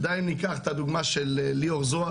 ודי אם ניקח את הדוגמה של ליאור זוהר,